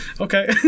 okay